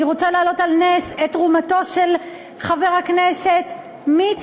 אני רוצה להעלות על נס את תרומתו של חבר הכנסת מצנע,